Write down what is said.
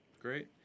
Great